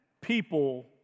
people